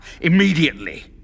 immediately